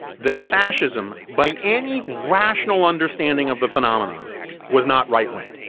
then fascism by any rational understanding of the phenomenon was not right wing,